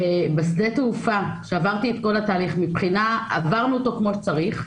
בשדה התעופה עברנו את התהליך כמו שצריך,